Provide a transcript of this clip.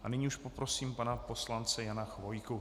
A nyní už poprosím pana poslance Jana Chvojku.